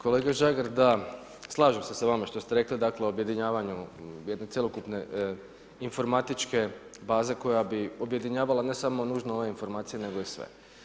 Kolega Žagar, da slažem se sa vama dakle, o objedinjavanju jedne cjelokupne informatičke baze koja bi objedinjavala ne samo nužno ove informacije nego i sve.